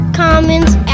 commons